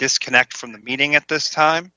disconnect from the meeting at this time